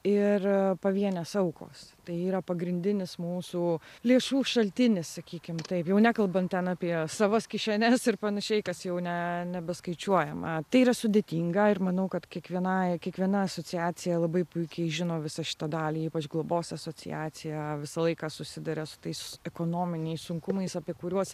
ir pavienės aukos tai yra pagrindinis mūsų lėšų šaltinis sakykim taip jau nekalbant ten apie savas kišenes ir panašiai kas tai jau ne nebeskaičiuojame tai yra sudėtinga ir manau kad kiekvienai kiekviena asociacija labai puikiai žino visą šitą dalį ypač globos asociacija visą laiką susiduria su tais ekonominiais sunkumais apie kuriuos